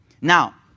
Now